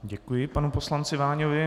Děkuji panu poslanci Váňovi.